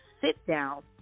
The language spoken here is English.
sit-down